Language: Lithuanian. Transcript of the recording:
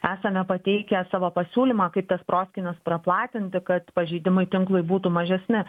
esame pateikę savo pasiūlymą kaip tas proskynas praplatinti kad pažeidimai tinklui būtų mažesni